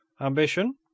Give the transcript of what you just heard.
ambition